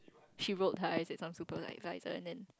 she roll her eyes and some super like and then